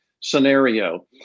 scenario